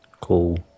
Cool